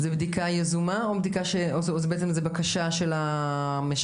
זו בדיקה יזומה או בקשה של המשרת?